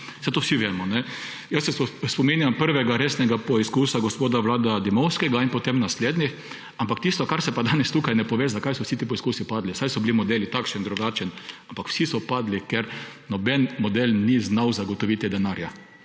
Saj to vsi vemo. Jaz se spominjam prvega resnega poskusa gospoda Vlada Dimovskega in potem naslednjih, ampak tisto, kar se pa danes tukaj ne pove, zakaj so vsi ti poskusi padli. Saj so bili modeli, takšni, drugačni, ampak vsi so padli, ker noben model ni znal zagotoviti denarja.